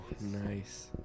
nice